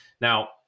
Now